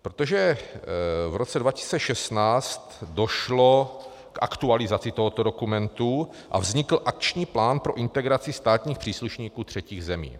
Protože v roce 2016 došlo k aktualizaci tohoto dokumentu a vznikl Akční plán pro integraci státních příslušníků třetích zemí.